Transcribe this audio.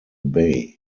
bay